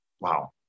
wow